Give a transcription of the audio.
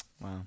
Wow